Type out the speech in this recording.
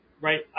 Right